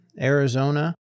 Arizona